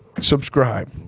Subscribe